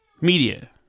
media